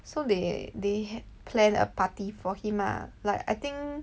so they they plan a party for him lah like I think